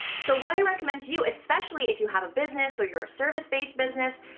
so what i recommend to you, especially if you have a business, or you're a service based business,